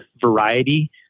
variety